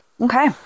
okay